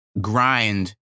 grind